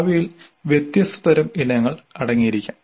അവയിൽ വ്യത്യസ്ത തരം ഇനങ്ങൾ അടങ്ങിയിരിക്കാം